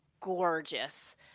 gorgeous